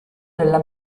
della